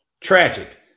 tragic